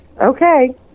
okay